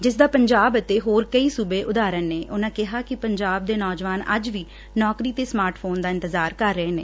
ਜਿਸ ਦਾ ਪੰਜਾਬ ਅਤੇ ਹੋਰ ਕਈ ਸੂਬੇ ਉਦਹਾਰਣ ਨੇ ਉਨੂਾਂ ਕਿਹਾ ਕਿ ਪੰਜਾਬ ਦੇ ਨੌਜਵਾਨ ੱਜ ਵੀ ਨੌਕਰੀ ਤੇ ਸਮਾਰਟ ਫੋਨ ਦਾ ਇਤਜ਼ਾਰ ਕਰ ਰਹੇ ਨੇ